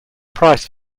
price